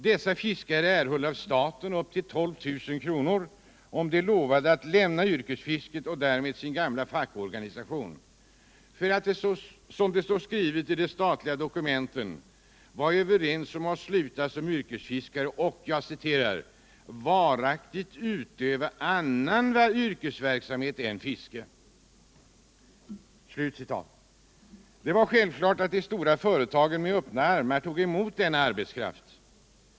Dessa fiskare erhöll av staten upp till 12 000 kr., om de lovade att lämna yrkesfisket och därmed sin gamla fackorganisation för att. som det står skrivet i det statliga dokumentet, ”varaktigt utöva annan yrkesverksamhet än fiske”. Det är självklart att de stora företagen med öppna armar tog emot denna arbetskraft.